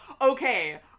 Okay